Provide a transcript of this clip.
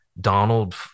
Donald